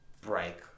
break